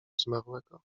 zmarłego